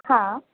હા